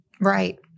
Right